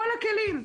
כל הכלים.